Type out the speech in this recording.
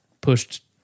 pushed